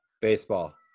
Baseball